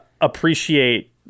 appreciate